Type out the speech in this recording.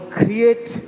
create